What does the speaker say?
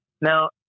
Now